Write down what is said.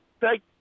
Thank